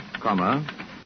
comma